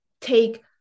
take